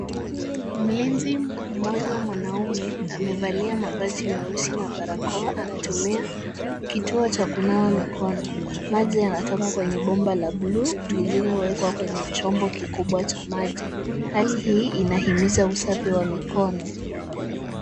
Mlinzi mmoja mwanaume amevalia mavazi meusi na barakoa anatumia kituo cha kunawa mikono. Maji yanatoka kwenye bomba la blue lililowekwa kwenye chombo kikubwa cha maji. Hali hii inahimiza usafi wa mikono.